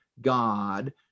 God